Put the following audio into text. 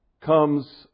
comes